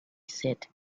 said